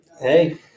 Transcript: hey